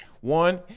one